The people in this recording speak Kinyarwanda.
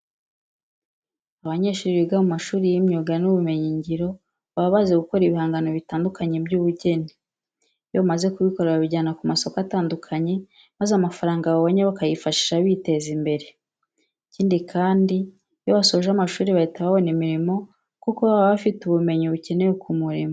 Abanyeshuri biga mu mashuri y'imyuga n'ubumenyingiro baba bazi gukora ibihangano bitandukanye by'ubugeni. Iyo bamaze kubikora babijyana ku masoko atandukanye maza amafaranga babonye bakayifashisha biteza imbere. Ikindi kandi, iyo basoje amashuri bahita babona imirimo kuko baba bafite ubumenyi bukenewe ku murimo.